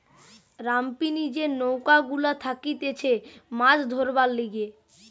রামপিনি যে নৌকা গুলা থাকতিছে মাছ ধরবার লিগে